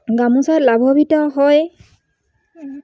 গামোচা লাভৱিত হয়